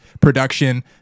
production